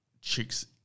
chicks